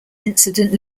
incident